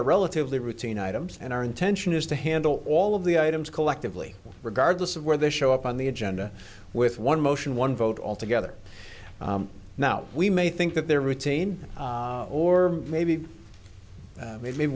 are relatively routine items and our intention is to handle all of the items collectively regardless of where they show up on the agenda with one motion one vote all together now we may think that their routine or maybe maybe